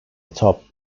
atop